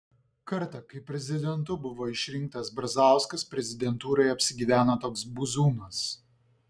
kartą kai prezidentu buvo išrinktas brazauskas prezidentūroje apsigyveno toks buzūnas